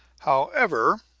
however,